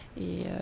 Et